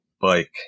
bike